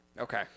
Okay